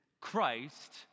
Christ